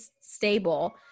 stable